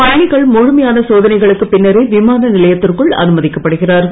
பயணிகள் முழுமையான சோதனைகளுக்குப் பின்னரே விமானநிலையத்திற்குள் அனுமதிக்கப் படுகிறார்கள்